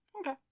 Okay